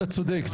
אתה צודק.